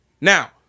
Now